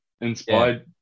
inspired